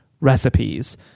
recipes